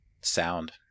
sound